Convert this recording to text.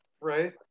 Right